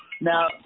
Now